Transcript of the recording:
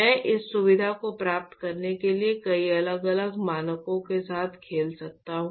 मैं इस सुविधा को प्राप्त करने के लिए कई अलग अलग मानकों के साथ खेल सकता हूं